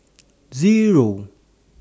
Zero